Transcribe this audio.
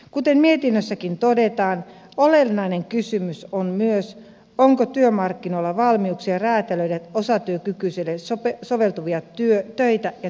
kuten mietinnössäkin todetaan olennainen kysymys on myös se onko työmarkkinoilla valmiuksia räätälöidä osatyökykyiselle soveltuvia töitä ja työaikoja